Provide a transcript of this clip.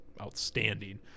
outstanding